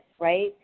right